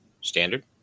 Standard